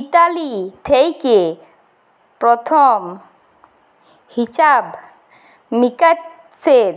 Italy থেক্যে প্রথম হিছাব মিকাশের